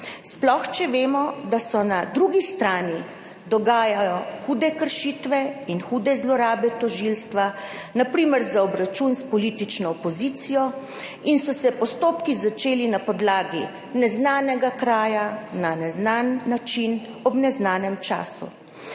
Sploh če vemo, da se na drugi strani dogajajo hude kršitve in hude zlorabe tožilstva, na primer za obračun s politično opozicijo, in so se postopki začeli na podlagi neznanega kraja na neznan način ob neznanem času.